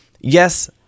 Yes